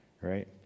Right